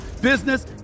business